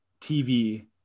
TV